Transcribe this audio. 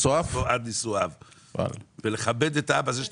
זה שאתה אומר קדיש, זה לכבד את אבא.